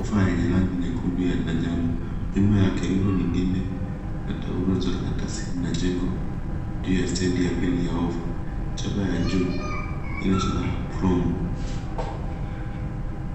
ofa yenye rangi nyekundu ya manjano. Nyuma yake rundo lingine la taulo na karatasi zimejengwa juu ya stendi ya pili ya ofa. Chapa ya juu inachorwa promo .